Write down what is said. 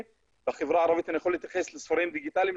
בחרה הערבית אני יכול להתייחס לספרים דיגיטליים,